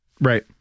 right